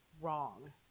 wrong